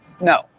No